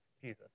Jesus